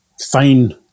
fine